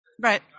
right